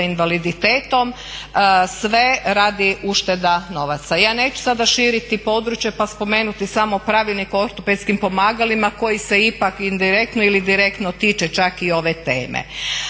invaliditetom, sve radi ušteda novaca. Ja neću sada širiti područje pa spomenuti samo pravilnik o ortopedskim pomagalima koji se ipak indirektno ili direktno tiče čak i ove teme,